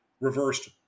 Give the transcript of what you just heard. reversed